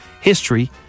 history